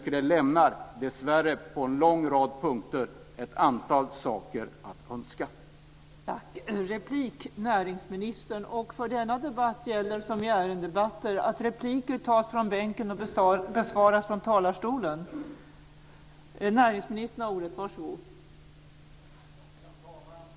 Men jag tycker dessvärre att det lämnar ett antal saker att önska på en lång rad punkter.